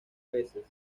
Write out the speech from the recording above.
veces